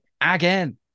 again